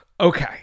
Okay